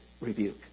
rebuke